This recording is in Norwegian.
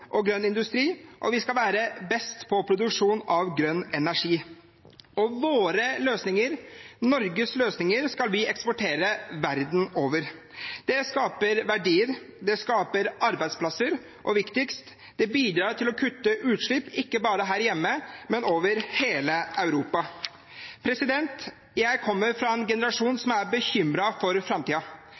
og grønn industri, og vi skal være best på produksjon av grønn energi. Og våre løsninger, Norges løsninger, skal vi eksportere verden over. Det skaper verdier, det skaper arbeidsplasser – og viktigst: Det bidrar til å kutte utslipp, ikke bare her hjemme, men over hele Europa. Jeg tilhører en generasjon som er bekymret for